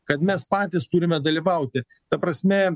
kad mes patys turime dalyvauti ta prasme